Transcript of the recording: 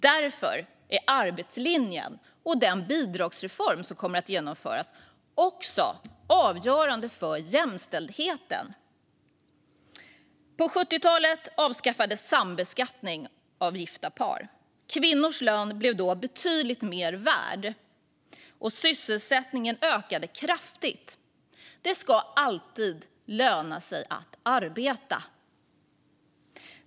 Därför är arbetslinjen och den bidragsreform som kommer att genomföras också avgörande för jämställdheten. På 70-talet avskaffades sambeskattning av gifta par. Kvinnors lön blev då betydligt mer värd, och sysselsättningen ökade kraftigt. Det ska alltid löna sig att arbeta.